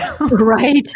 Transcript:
right